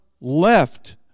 left